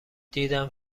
دیدم